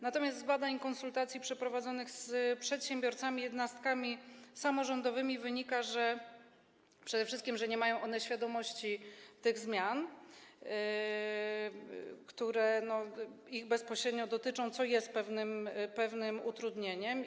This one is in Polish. Natomiast z badań i konsultacji przeprowadzonych z przedsiębiorcami i jednostkami samorządowymi wynika przede wszystkim to, że nie mają oni świadomości tych zmian, które ich bezpośrednio dotyczą, co jest pewnym utrudnieniem.